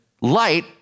light